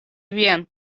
vian